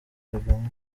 kagame